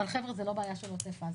אבל חבר'ה, זו לא בעיה של עוטף עזה.